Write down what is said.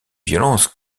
violences